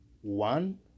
one